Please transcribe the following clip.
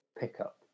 pickup